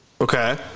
Okay